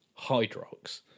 Hydrox